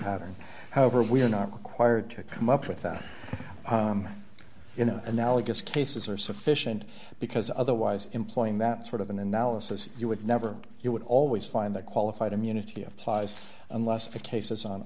pattern however we are not required to come up with a you know analogous cases are sufficient because otherwise implying that sort of an analysis you would never you would always find that qualified immunity applies unless it cases on